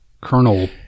Colonel